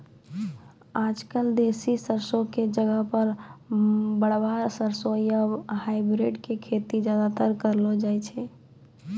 आजकल देसी सरसों के जगह पर बड़का सरसों या हाइब्रिड के खेती ज्यादातर करलो जाय छै